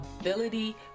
ability